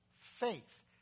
faith